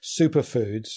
superfoods